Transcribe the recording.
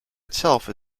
itself